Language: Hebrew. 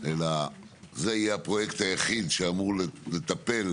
אלא זה יהיה הפרויקט היחיד שאמור לטפל